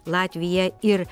latvija ir